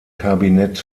kabinett